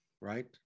right